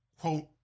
quote